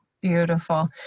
beautiful